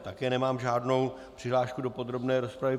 Také nemám žádnou přihlášku do podrobné rozpravy.